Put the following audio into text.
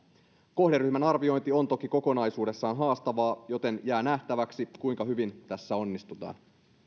kohderyhmän arviointi on toki kokonaisuudessaan haastavaa joten jää nähtäväksi kuinka hyvin tässä onnistutaan